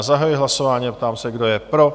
Zahajuji hlasování a ptám se, kdo je pro?